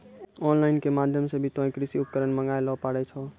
on line के माध्यम से भी तोहों कृषि उपकरण मंगाय ल पारै छौ